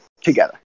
together